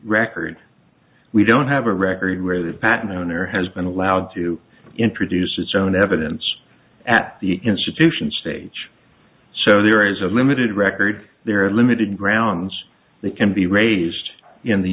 record we don't have a record where the patent owner has been allowed to introduce its own evidence at the institution stage so there is a limited record there are limited grounds that can be raised in the